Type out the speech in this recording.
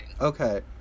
Okay